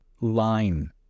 line